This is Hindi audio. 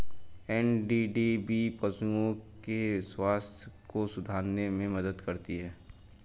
एन.डी.डी.बी पशुओं के स्वास्थ्य को सुधारने में मदद करती है